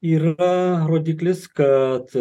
yra rodiklis kad